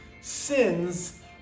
sins